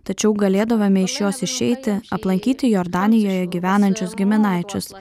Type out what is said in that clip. tačiau galėdavome iš jos išeiti aplankyti jordanijoje gyvenančius giminaičius